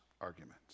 arguments